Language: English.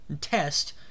test